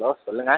hello சொல்லுங்க